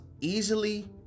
easily